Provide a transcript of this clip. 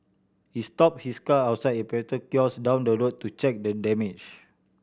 he stopped his car outside a petrol kiosk down the road to check the damage